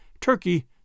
turkey